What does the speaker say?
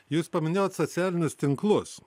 jūs paminėjot socialinius tinklus